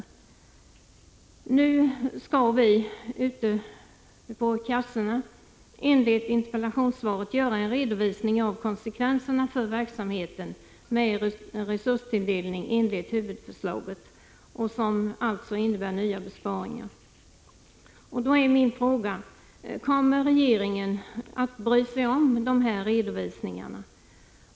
Nu skall de som arbetar ute på kassorna enligt interpellationssvaret göra en redovisning av konsekvenserna för verksamheten med resurstilldelning enligt huvudförslaget, vilket innebär nya besparingar. Min fråga är: Kommer regeringen att bry sig om dessa redovisningar?